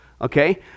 okay